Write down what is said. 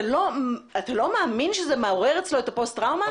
אתה לא מאמין שזה מעורר אצלו את הפוסט טראומה?